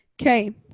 okay